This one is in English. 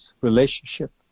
relationship